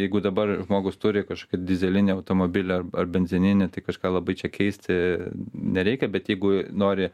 jeigu dabar žmogus turi kažkokį dyzelinį automobilį ar benzininį tai kažką labai čia keisti nereikia bet jeigu nori